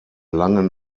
langen